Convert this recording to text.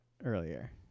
Earlier